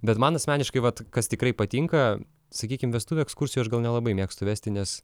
bet man asmeniškai vat kas tikrai patinka sakykime vestuvių ekskursijų aš gal nelabai mėgstu vesti nes